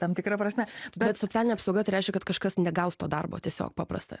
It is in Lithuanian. tam tikra prasme bet socialinė apsauga tai reiškia kad kažkas negaus to darbo tiesiog paprasta